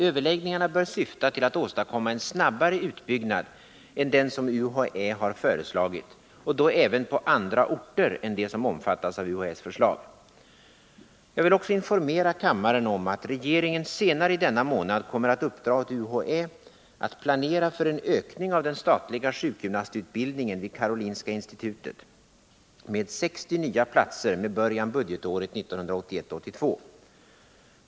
Överläggningarna bör syfta till att åstadkomma en snabbare utbyggnad än den som UHÄ har föreslagit och då även på andra orter än de som omfattas av UHÄ:s förslag. Jag vill också informera kammaren om att regeringen senare i denna månad kommer att uppdra åt UHÄ att planera för en ökning av den statliga sjukgymnastutbildningen vid Karolinska institutet med 60 nya platser med början budgetåret 1981/82.